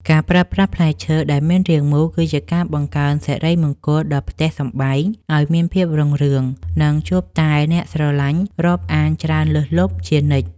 ការប្រើប្រាស់ផ្លែឈើដែលមានរាងមូលគឺជាការបង្កើនសិរីមង្គលដល់ផ្ទះសម្បែងឱ្យមានភាពរុងរឿង និង ជួបតែអ្នកស្រឡាញ់រាប់អានច្រើនលើសលប់ជានិច្ច។